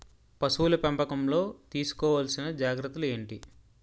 పశువుల పెంపకంలో తీసుకోవల్సిన జాగ్రత్త లు ఏంటి?